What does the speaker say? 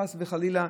חס וחלילה,